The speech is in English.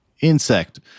insect